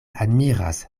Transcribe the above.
admiras